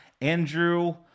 Andrew